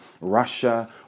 Russia